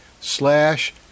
slash